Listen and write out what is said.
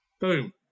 Boom